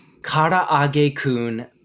Karaage-kun